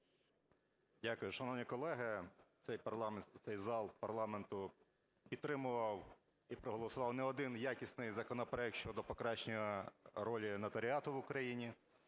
Дякую. Шановні колеги, цей зал парламенту підтримував і проголосував не один якісний законопроект щодо покращення ролі нотаріату в Україні,